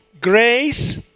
grace